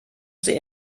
sie